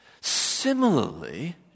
Similarly